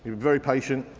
very patient,